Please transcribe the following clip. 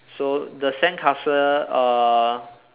so the sandcastle uh